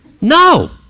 No